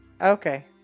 Okay